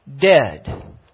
dead